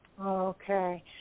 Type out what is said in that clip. Okay